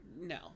no